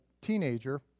teenager